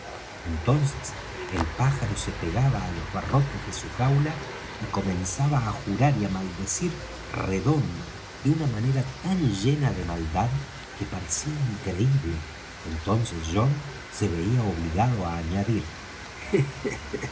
entonces el pájaro se pegaba á los barrotes de su jaula y comenzaba á jurar y á maldecir redondo de una manera tan llena de maldad que parecía increíble entonces john se veía obligado á añadir